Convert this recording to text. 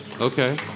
Okay